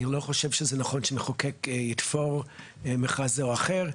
אני לא חושב שזה נכון שמחוקק יתפור מכרז זה או אחר.